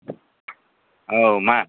औ मा